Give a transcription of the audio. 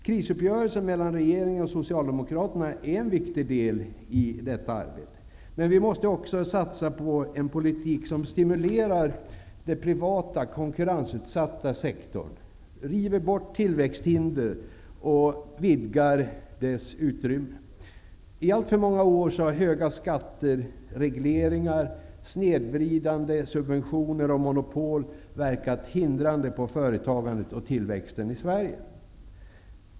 Krisuppgörelsen mellan regeringen och socialdemokraterna är en viktig del av detta arbete, men vi måste också satsa på en politik som stimulerar och river bort tillväxthinder för den privata, konkurrensutsatta sektorn och vidgar dess utrymme. I alltför många år har höga skatter, regleringar, snedvridande subventioner och monopol verkat hindrande på företagandet och tillväxten i Sverige.